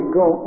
go